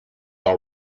all